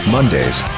Mondays